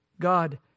God